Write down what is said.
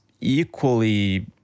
equally